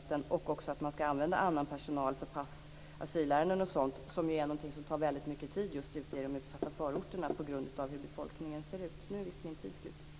Vi har också föreslagit att man skall använda annan personal för pass och asylärenden och sådant, som ju är någonting som tar väldigt mycket tid just ute i de utsatta förorterna på grund av hur befolkningen ser ut. Och nu är visst min talartid slut!